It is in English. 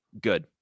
good